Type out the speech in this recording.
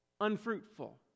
unfruitful